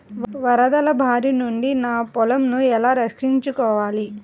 వరదల భారి నుండి నా పొలంను ఎలా రక్షించుకోవాలి?